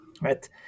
right